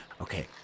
Okay